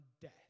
death